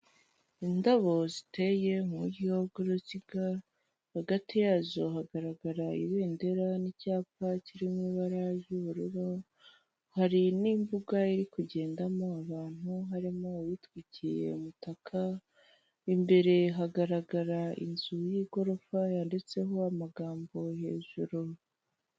Indabo ziteye mu buryo bw'uruziga, hagati yazo hagaragara ibendera n'icyapa kiri mu ibara ry'ubururu, hari n'imbuga iri kugendamo abantu harimo uwitwikiye umutaka, imbere hagaragara inzu y'igorofa yanditseho amagambo hejuru.